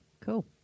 cool